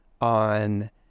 on